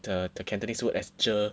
the the Cantonese word as 者